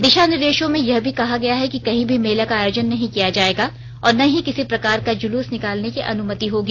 दिशा निर्देशों में यह भी कहा गया है कि कहीं भी मेला का आयोजन नहीं किया जायेगा और न ही किसी प्रकार का जुलूस निकालने की अनुमति होगी